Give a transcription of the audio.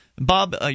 Bob